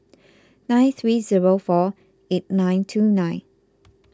nine three zero four eight nine two nine